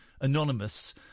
anonymous